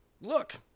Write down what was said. look